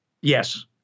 Yes